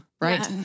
Right